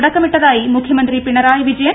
തുടക്കമിട്ടതായി മുഖ്യമന്ത്രി പിണറായി വിജയൻ